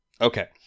Okay